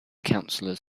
councillors